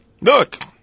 Look